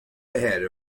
ahead